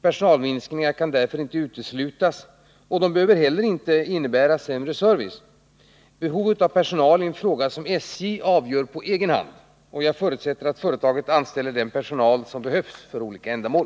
Personalminskningar kan därför inte uteslutas och behöver inte heller innebära sämre service. Behovet av personal är en fråga som SJ avgör på ser åt SJ egen hand, och jag förutsätter att företaget anställer den personal som behövs för olika ändamål.